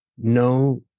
No